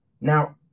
Now